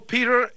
Peter